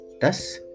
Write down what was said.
Thus